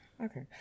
Okay